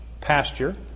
pasture